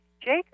jacob